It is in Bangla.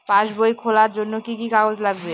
পাসবই খোলার জন্য কি কি কাগজ লাগবে?